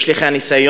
יש לך ניסיון.